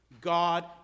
God